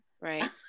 Right